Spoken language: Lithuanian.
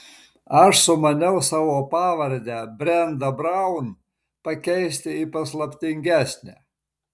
aš sumaniau savo pavardę brenda braun pakeisti į paslaptingesnę